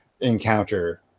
encounter